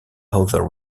other